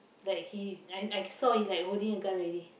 like he I I saw he's like holding a gun already